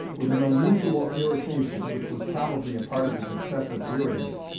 with an unusual irritation, which was probably a part of his excessive weariness,